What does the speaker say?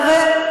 עכשיו.